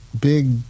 Big